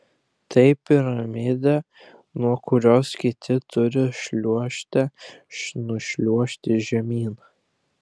tai piramidė nuo kurios kiti turi šliuožte nušliuožti žemyn